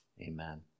amen